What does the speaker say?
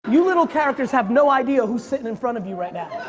you little characters have no idea who's sitting in front of you right now.